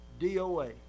DOA